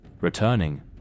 returning